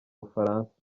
bufaransa